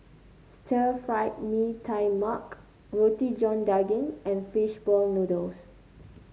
Stir Fried Mee Tai Mak Roti John Daging and fish ball noodles